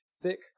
Thick